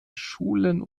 schulen